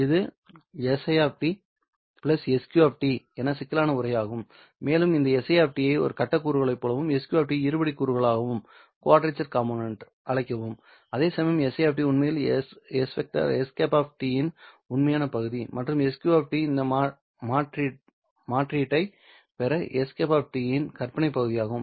இது si sq என சிக்கலான உறை ஆகும் மேலும் இந்த si ஐ கட்ட கூறுகளைப் போலவும் sq ஐ இருபடி கூறுகளாகவும் அழைக்கவும் அதேசமயம் si உண்மையில் ŝ இன் உண்மையான பகுதி மற்றும் sq இந்த மாற்றீட்டைப் பெற ŝ இன் கற்பனையான பகுதியாகும்